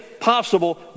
possible